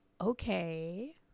Okay